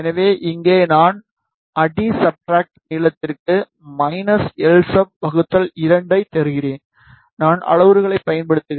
எனவே இங்கே நான் அடி சப்ஸ்ட்ரட் நீளத்திற்கு lsub 2 ஐ தருகிறேன் நான் அளவுருவைப் பயன்படுத்துகிறேன் lsub